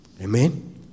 Amen